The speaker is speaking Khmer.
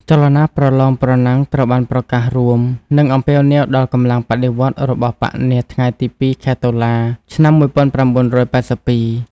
ចលនាប្រលង ប្រណាំងត្រូវបានប្រកាសរួមនិងអំពាវនាវដល់កម្លាំងបដិវត្តន៍របស់បក្សនាថ្ងៃទី២ខែតុលាឆ្នាំ ១៩៨២។